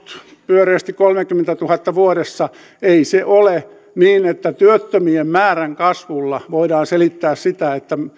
pyöreästi kolmessakymmenessätuhannessa vuodessa ei se ole niin että työttömien määrän kasvulla voidaan selittää sitä että